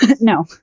no